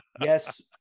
yes